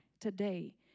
today